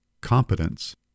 competence